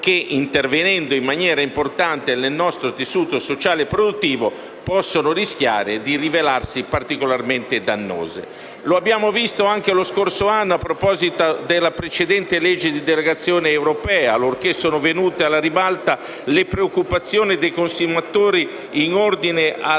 che, intervenendo in maniera importante sul nostro tessuto sociale e produttivo, possono rischiare di rivelarsi particolarmente dannose. Lo abbiamo visto anche lo scorso anno a proposito della precedente legge di delegazione europea, allorché sono venute alla ribalta le preoccupazioni dei consumatori in ordine all'invasione